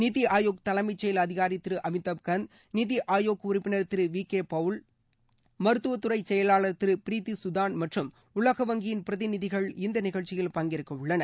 நித்தி ஆயோக் தலைமைச் செயல் அதிகாரி திரு அமிதாப் கந்த் நித்தி ஆயோக் உறுப்பினர் திரு வி கே பவுல் மருத்துவத்துறைச் செயலாளர் திரு ப்ரீத்தி கதான் மற்றும் உலக வங்கியின் பிரதிநிதிகள் இந்த நிகழ்ச்சியில் பங்கேற்கவுள்ளனர்